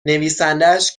نویسندهاش